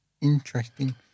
interesting